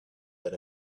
that